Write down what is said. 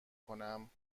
کنم